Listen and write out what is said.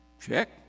check